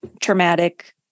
traumatic